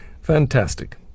Fantastic